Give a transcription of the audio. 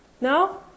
No